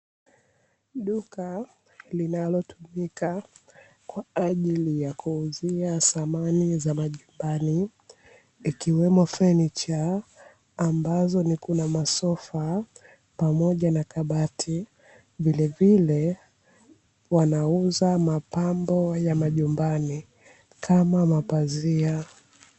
Duka linalotumika kwa ajili ya kuuzia samani za majumbani ikiwemo fanicha, ambazo ni kuna masofa pamoja na kabati vile vile wanauza mapambo ya majumbani kama mapazia.